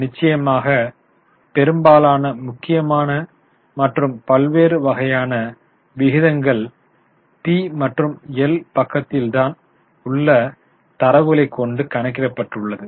நிச்சயமாக பெரும்பாலான முக்கியமான மற்றும் பல்வேறு வகையான விகிதங்கள் பி மற்றும் எல் பக்கத்தில்தான் உள்ள தரவுகளை கொண்டு கணக்கிட பட்டுள்ளது